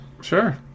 Sure